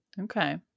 Okay